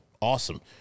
Awesome